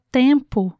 tempo